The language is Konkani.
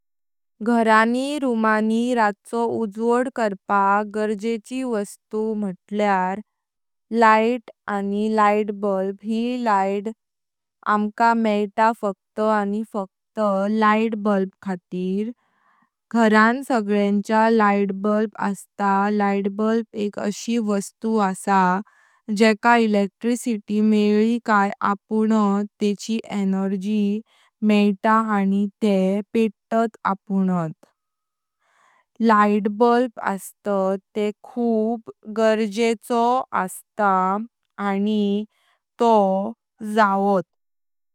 घरानी, रूमानी राचो उज्वाड करपाक गरजेची वस्तु मुतल्यार लाइट आनि यी लाइट अंकल मेइता फक्त आनि फक्त लाइटबुल्ब। घरान सगळ्यांच्या लाइटबुल्ब आस्तात। लाइटबुल्बं एक अशी वस्तु आंता जेकां इलेक्ट्रिसिटी मेईली काये आपणूत तेंची एनर्जी मेइता आनि ते पेतात आपणात। लाइटबुल्ब खूप गरजेचो आंता आनि तो जातो।